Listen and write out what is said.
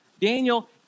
Daniel